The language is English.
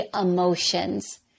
emotions